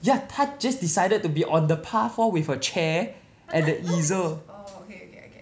ya 她 just decided to be on the path lor with a chair and the easel